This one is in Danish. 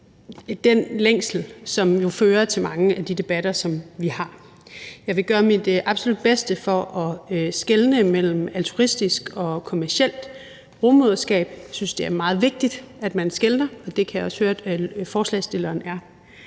den længsel, som jo fører til mange af de debatter, som vi har. Jeg vil gøre mit absolut bedste for at skelne mellem altruistisk og kommercielt rugemoderskab. Jeg synes, det er meget vigtigt, at man skelner, og det kan jeg også høre at forslagsstillerne